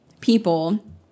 people